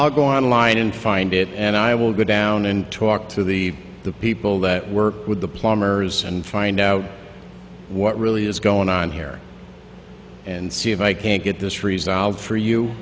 i'll go online and find it and i will go down and talk to the the people that work with the plumbers and find out what really is going on here and see if i can't get this resolved for you